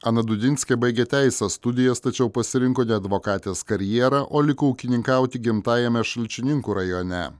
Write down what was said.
ana dūdinskė baigė teisės studijas tačiau pasirinko ne advokatės karjerą o liko ūkininkauti gimtajame šalčininkų rajone